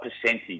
percentage